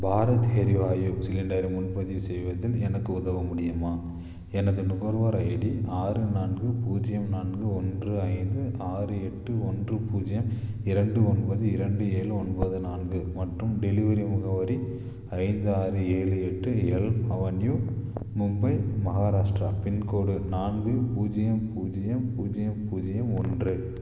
பாரத் எரிவாயு சிலிண்டர் முன்பதிவு செய்வதில் எனக்கு உதவ முடியுமா எனது நுகர்வோர் ஐடி ஆறு நான்கு பூஜ்ஜியம் நான்கு ஒன்று ஐந்து ஆறு எட்டு ஒன்று பூஜ்ஜியம் இரண்டு ஒன்பது இரண்டு ஏழு ஒன்பது நான்கு மற்றும் டெலிவரி முகவரி ஐந்து ஆறு ஏழு எட்டு Elm Avenue Mumbai Maharashtra pin code நான்கு பூஜ்ஜியம் பூஜ்ஜியம் பூஜ்ஜியம் பூஜ்ஜியம் ஒன்று